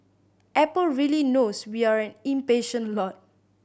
Apple really knows we are an impatient lot